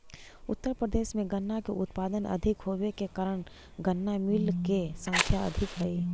उत्तर प्रदेश में गन्ना के उत्पादन अधिक होवे के कारण गन्ना मिलऽ के संख्या अधिक हई